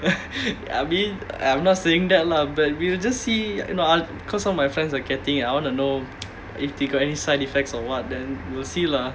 I mean I'm not saying that lah but we'll just see like you know I'll because some of my friends are getting it I want to know if they got any side effects or what then we'll see lah